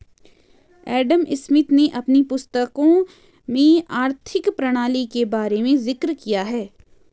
Adam Smith ने अपनी पुस्तकों में आर्थिक प्रणाली के बारे में जिक्र किया है